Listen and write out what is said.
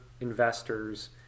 investors